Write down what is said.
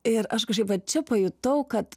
ir aš kažkaip vat čia pajutau kad